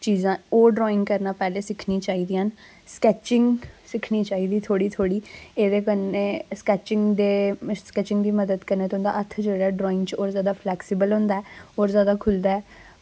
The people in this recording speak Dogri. चीजां ओह् ड्राईंग करना पैह्लें सिक्खनी चाहिदियां न स्कैचिंग सिक्खनी चाहिदी थोह्ड़ी थोह्ड़ी एह्दे कन्नै स्कैचिंग दे स्कैचिंग दी मदद कन्नै तुंदा हत्थ जेह्ड़ा ड्राइंग च और जैदा फ्लैक्सीबल होंदा ऐ और जैदा खुल्लदा ऐ